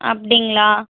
அப்படிங்களா